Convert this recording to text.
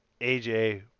AJ